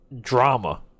drama